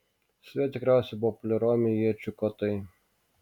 su juo tikriausiai buvo poliruojami iečių kotai